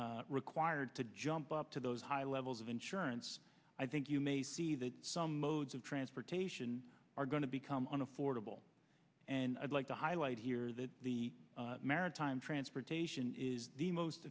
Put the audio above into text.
is required to jump up to those high levels of insurance i think you may see that some modes of transportation are going to become unaffordable and i'd like to highlight here that the maritime transportation is the most